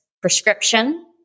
prescription